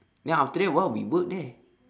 then after that what we work there